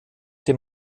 dem